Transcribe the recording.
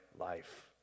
life